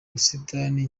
busitani